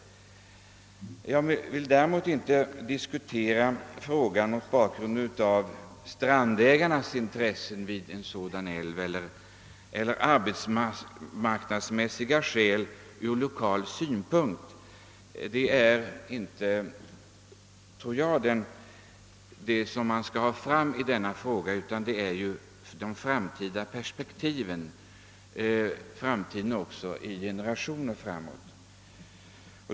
Jag vill däremot inte diskutera frågan mot bakgrund av de intressen sådana människor kan ha som äger strand vid en dylik älv eller med utgångspunkt från lokala arbetsmarknadsmässiga synpunkter. Jag tror inte att det är vad man åsyftar att få fram i denna fråga utan i stället perspektiven för framtiden — för generationer framåt.